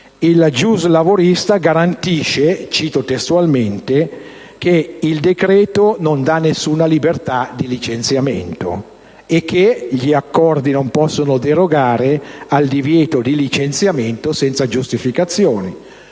Il giuslavorista garantisce - cito testualmente - che «il decreto non dà nessuna libertà di licenziamento», e che «gli accordi non possono derogare al divieto di licenziamento senza giustificazione.